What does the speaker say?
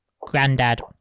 granddad